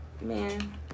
man